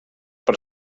per